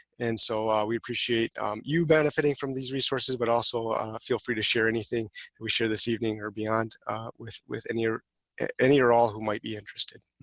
and so we appreciate you benefiting from these resources, but also feel free to share anything that we share this evening or beyond with with any or any or all who might be interested.